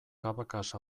cabacas